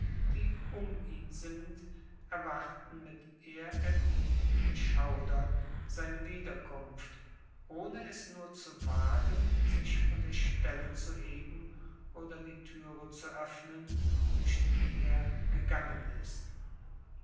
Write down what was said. die um ihn sind erwarten mit ehrerbietigem schaudern seine wiederkunft ohne es nur zu wagen sich von der stelle zu heben oder die türe zu öffnen durch die er gegangen ist